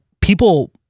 people